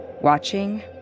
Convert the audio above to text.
Watching